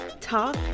talk